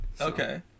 Okay